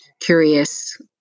curious